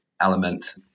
element